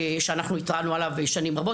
שאנחנו התרענו עליו שנים רבות.